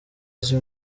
izi